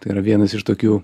tai yra vienas iš tokių